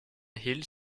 hills